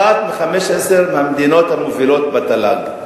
אחת מ-15 המדינות המובילות בתל"ג.